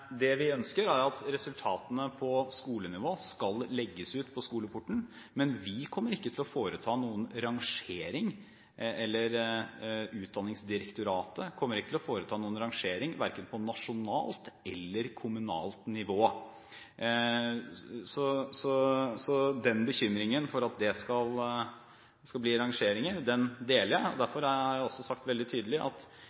Det vi ønsker, er at resultatene på skolenivå skal legges ut på Skoleporten, men Utdanningsdirektoratet kommer ikke til å foreta noen rangering, verken på nasjonalt eller kommunalt nivå. Så jeg deler bekymringen for at dette skal bli rangeringer, og derfor har jeg også sagt veldig tydelig at den type nasjonale rangeringer, som jeg av og